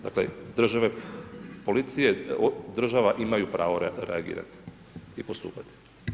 Dakle, države policije, država imaju pravo reagirati i postupati.